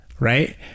right